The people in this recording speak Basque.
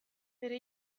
bere